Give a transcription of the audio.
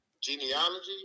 Genealogy